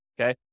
Okay